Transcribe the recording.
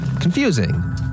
confusing